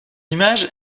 image